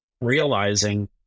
realizing